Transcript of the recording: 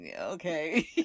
okay